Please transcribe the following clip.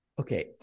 okay